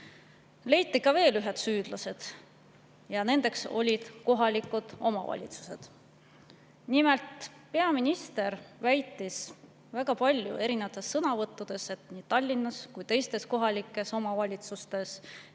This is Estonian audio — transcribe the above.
leiti veel ühed süüdlased. Nendeks olid kohalikud omavalitsused. Nimelt, peaminister on väga palju erinevates sõnavõttudes väitnud, et nii Tallinnas kui ka teistes kohalikes omavalitsustes